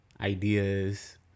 ideas